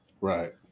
right